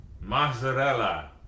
mozzarella